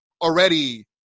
already